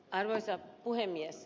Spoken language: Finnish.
arvoisa puhemies